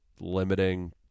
limiting